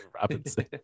Robinson